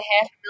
half